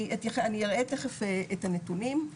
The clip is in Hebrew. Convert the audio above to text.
אני אראה תכף את הנתונים,